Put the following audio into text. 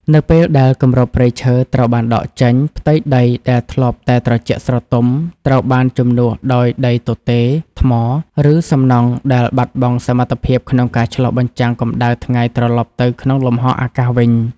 នៅពេលដែលគម្របព្រៃឈើត្រូវបានដកចេញ ផ្ទៃដីដែលធ្លាប់តែត្រជាក់ស្រទុំត្រូវបានជំនួសដោយដីទទេរ ថ្ម ឬសំណង់ដែលបាត់បង់សមត្ថភាពក្នុងការឆ្លុះបញ្ចាំងកម្ដៅថ្ងៃត្រឡប់ទៅក្នុងលំហអាកាសវិញ។